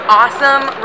awesome